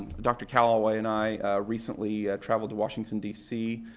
dr. calaway and i recently traveled to washington, d c,